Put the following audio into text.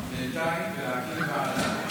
בינתיים להקים ועדה.